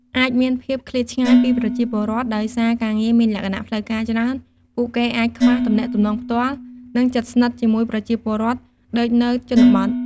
អាចមានភាពឃ្លាតឆ្ងាយពីប្រជាពលរដ្ឋ ដោយសារការងារមានលក្ខណៈផ្លូវការច្រើន ពួកគេអាចខ្វះ ទំនាក់ទំនងផ្ទាល់ និងជិតស្និទ្ធ ជាមួយប្រជាពលរដ្ឋដូចនៅជនបទ។